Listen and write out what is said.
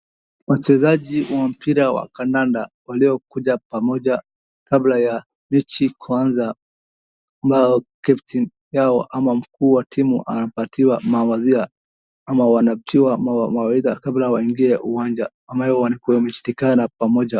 Wachezaji wa mpira wa kandanda waliokuja pamoja kabla ya mechi kuanza ambao captain yao au mkuu wa timu anapatiwa mawaida ama wanatiwa mawaida kabla waingie uwanja, wanakuwa wameshikana pamoja.